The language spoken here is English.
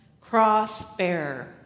cross-bearer